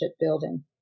building